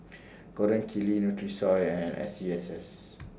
Gold Kili Nutrisoy and S C S S